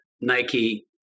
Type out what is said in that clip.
Nike